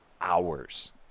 hours